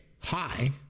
Hi